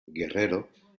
guerrero